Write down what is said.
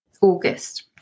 August